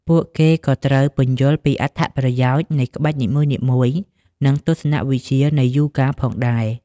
ពួកគេក៏ត្រូវ ពន្យល់ពីអត្ថប្រយោជន៍ នៃក្បាច់នីមួយៗ និងទស្សនវិជ្ជានៃយូហ្គាផងដែរ។